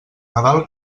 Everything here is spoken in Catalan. nadal